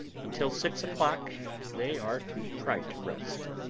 until six o'clock they are to try to rest.